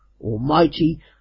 almighty